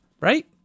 right